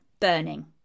Burning